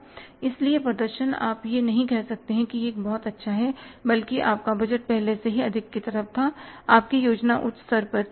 इसलिए प्रदर्शन आप यह नहीं कह सकते हैं कि यह बहुत अच्छा है बल्कि आपका बजट पहले ही अधिक तरफ था आपकी योजना उच्च स्तर पर है